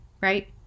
right